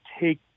take